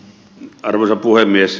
arvoisa puhemies